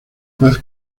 paz